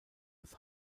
das